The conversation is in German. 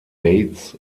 bates